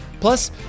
Plus